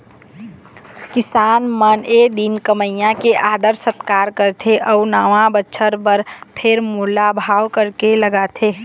किसान मन ए दिन कमइया के आदर सत्कार करथे अउ नवा बछर बर फेर मोल भाव करके लगाथे